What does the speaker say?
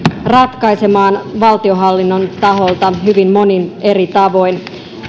ratkaisemaan valtionhallinnon taholta hyvin monin eri tavoin